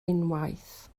unwaith